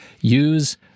use